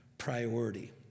priority